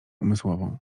umysłową